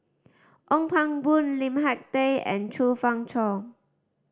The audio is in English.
Ong Pang Boon Lim Hak Tai and Chong Fah Cheong